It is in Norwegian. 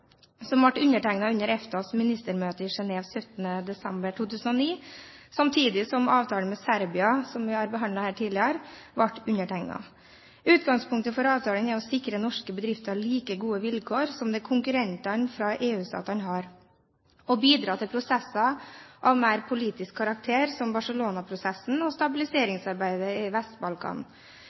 som ble undertegnet under EFTAs ministermøte i Genève 17. desember 2009, samtidig som avtalen med Serbia, som vi har behandlet her tidligere, ble undertegnet. Utgangspunktet for avtalen er å sikre norske bedrifter like gode vilkår som det konkurrentene fra EU-statene har, og bidra til prosesser av mer politisk karakter, som Barcelona-prosessen og stabiliseringsarbeidet i